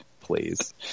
Please